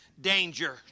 Danger